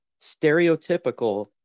stereotypical